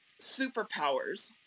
superpowers